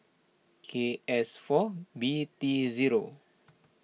K S four B T zero